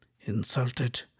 Insulted